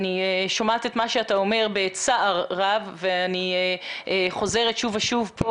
אני שומעת את מה שאתה אומר בצער רב ואני חוזרת שוב ושוב פה,